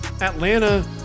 Atlanta